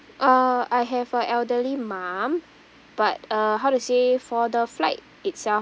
uh I have a elderly mum but uh how to say for the flight itself